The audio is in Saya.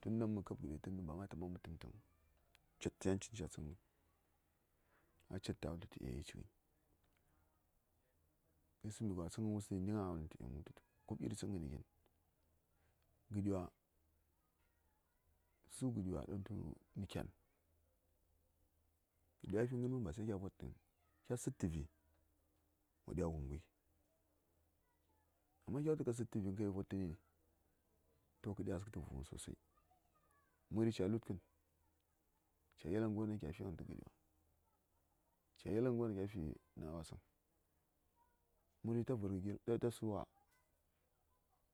Tun ɗaŋ mə kab gədi ti ba ma taɓa mə tə:n təŋ. ca cighən, ca slyaghən. Ka cètta? Mə wul tu e, yi ci:yi. Kya tsən nəgwa tə mu:s ɗaŋ gina? mə wul tə tu e, koiri tsəngəni gyo. Gəɗiwa, su:gəɗiwa ɗaŋ tu nə kyan. Gəd ya fi ghə gənmənba sai kya votəŋ, kya sə:t tə vi:, wo ɗya wumghəi, amma kya wul tu ka sə:tə vi:ŋ ka yi vot təni, to kə ɗyaghaskə tə vu:ghən sosai. Mə:ri ca: lu:tkən ca:gha yelghənngərwon ɗaŋ kya fi tə gəɗi wa, ca:gha yelghənngərwon ɗaŋkya fi na̱wasəŋ, mə:ri ta vərghə, gir, ta su:gha?